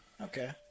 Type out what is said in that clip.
Okay